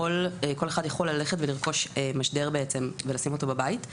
אחד יכול ללכת ולרכוש משדר ולשים אותו בבית,